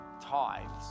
tithes